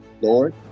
Lord